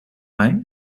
mij